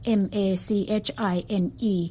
machine